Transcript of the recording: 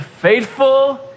faithful